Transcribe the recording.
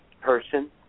person